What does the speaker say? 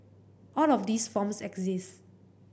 all of these forms exist